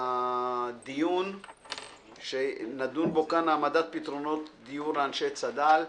הנושא שנדון בו כאן הוא העמדת פתרונות דיור לאנשי צד"ל.